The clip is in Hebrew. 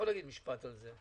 אתה יכול להגיד משפט על זה.